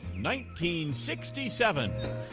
1967